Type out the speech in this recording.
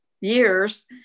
years